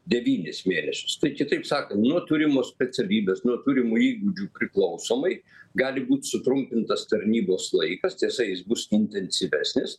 devynis mėnesius tai kitaip sakant nuo turimos specialybės nuo turimų įgūdžių priklausomai gali būti sutrumpintas tarnybos laikas tiesa jis bus intensyvesnis